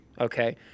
okay